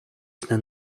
sna